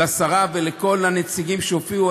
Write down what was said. לשרה ולכל הנציגים שהופיעו,